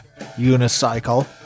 unicycle